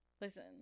Listen